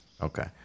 Okay